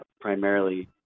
primarily